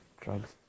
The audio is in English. drugs